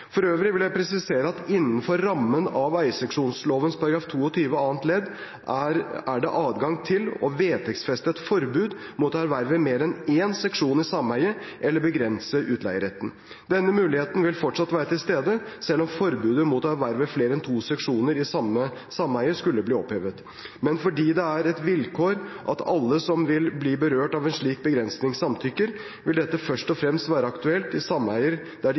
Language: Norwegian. For øvrig vil jeg presisere at det innenfor rammene av eierseksjonsloven § 22 annet ledd er adgang til å vedtektsfeste et forbud mot å erverve mer enn en seksjon i sameiet, eller begrense utleieretten. Denne muligheten vil fortsatt være til stede selv om forbudet mot å erverve flere enn to seksjoner i samme sameie skulle bli opphevet. Men fordi det er et vilkår at alle som vil bli berørt av en slik begrensning, samtykker, vil dette først og fremst være aktuelt i sameier der